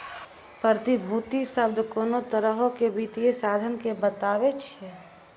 प्रतिभूति शब्द कोनो तरहो के वित्तीय साधन के बताबै छै